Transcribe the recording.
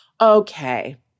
Okay